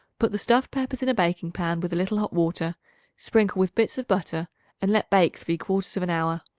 put the stuffed peppers in a baking-pan with a little hot water sprinkle with bits of butter and let bake three-quarters of an hour.